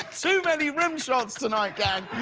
too many rim shots tonight, gang.